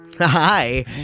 Hi